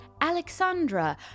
Alexandra